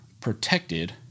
protected